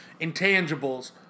intangibles